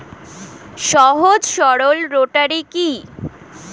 সহজ সরল রোটারি কি?